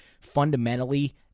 fundamentally